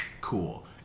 Cool